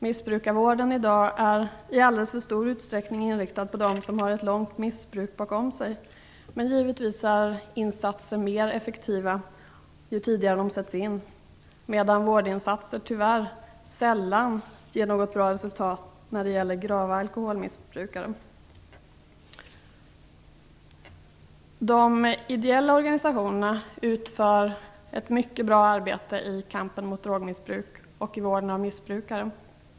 Missbrukarvården är i dag i alldeles för stor utsträckning inriktad på dem som har ett långt missbruk bakom sig. Givetvis är insatser desto effektivare ju tidigare de sätts in, medan vårdinsatser tyvärr sällan ger något bra resultat när det gäller grava alkoholmissbrukare. De ideella organisationerna utför ett mycket bra arbete i kampen mot drogmissbruk och i vården av missbrukare.